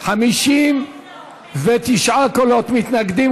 לוועדה את הצעת חוק חינוך ממלכתי (תיקון,